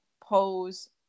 pose